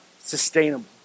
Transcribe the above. sustainable